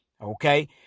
okay